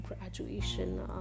graduation